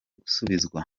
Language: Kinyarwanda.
gusubizwa